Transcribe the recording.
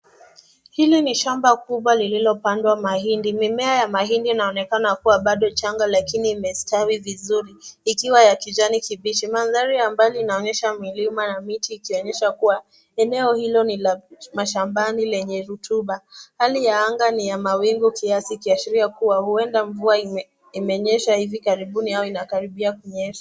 Hili ni shamba kubwa lililopandwa mahindi. Mimea ya mahindi inaonekana kuwa bado changa lakini imestawi vizuri, ikiwa ya kijani kibichi. Mandhari ya mbali inaonyesha milima na miti ikionyesha kuwa eneo hilo ni la mashambani lenye rutuba. Hali ya anga ni ya mawingu kiasi ikiashiria kuwa huenda mvua imenyesha hivi karibuni au inakaribia kunyesha.